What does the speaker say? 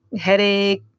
headache